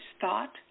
thought